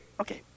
Okay